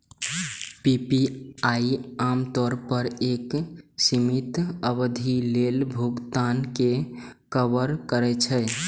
PPI आम तौर पर एक सीमित अवधि लेल भुगतान कें कवर करै छै